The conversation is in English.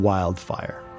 Wildfire